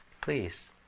Please